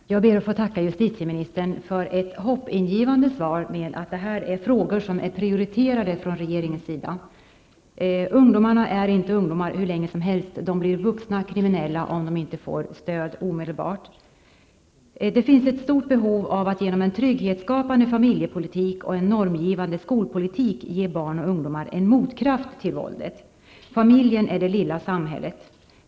Herr talman! Jag ber att få tacka justitieministern för ett hoppingivande svar där det framgick att detta är frågor som är prioriterade från regeringens sida. Ungdomar är inte ungdomar hur länge som helst. De blir vuxna kriminella om de inte får stöd omedelbart. Det finns ett stort behov av att genom en trygghetsskapande familjepolitik och en normgivande skolpolitik ge barn och ungdomar en motkraft till våldet.